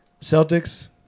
Celtics